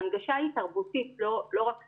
ההנגשה היא תרבותית, לא רק שפתית.